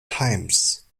times